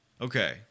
Okay